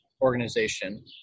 organization